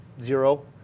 zero